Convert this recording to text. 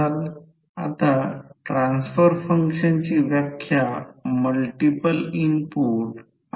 R1 j L1 2 M2 R2 j L2 ZL हे असे जेव्हा म्युचुअल कपलिंग नसेल तेव्हा मिळेल